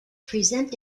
present